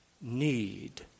need